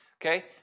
Okay